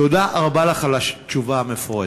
תודה רבה לך על התשובה המפורטת.